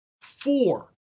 four